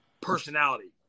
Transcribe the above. personality